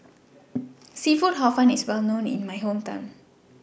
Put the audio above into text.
Seafood Hor Fun IS Well known in My Hometown